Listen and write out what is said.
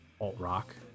alt-rock